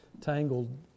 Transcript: tangled